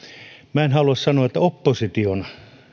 minä en halua sanoa että opposition